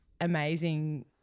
amazing